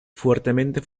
fuertemente